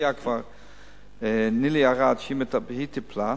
כשהנשיאה נילי ארד טיפלה,